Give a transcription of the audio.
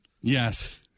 Yes